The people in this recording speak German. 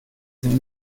sind